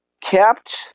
kept